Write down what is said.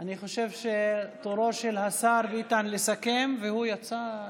אני חושב שתורו של השר ביטן לסכם, והוא יצא.